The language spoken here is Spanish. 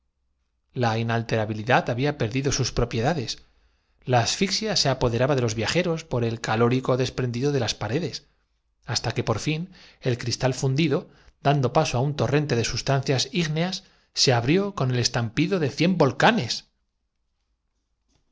formar rabilidad había perdido sus propiedades la asfixia se el estrecho de behring el mediterráneo no existía apoderaba de los viajeros por el calórico desprendido los alpes eran una llanura el desierto de lybia un de las paredes hasta que por fin el cristal fundido mar tras los hijos de caín aparecía el cadáver de dando paso á un torrente de sustancias ígneas se abrió abel después del paraíso la creación con el estampido de cien